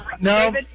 no